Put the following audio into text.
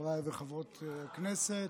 חברי וחברות הכנסת,